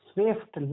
Swift